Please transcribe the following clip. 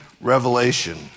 Revelation